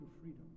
freedom